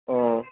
ও